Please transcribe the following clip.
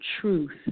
truth